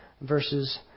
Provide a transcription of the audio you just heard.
verses